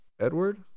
Edward